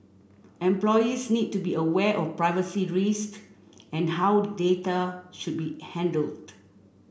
employees need to be aware of privacy risk and how data should be handled